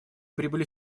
прибыли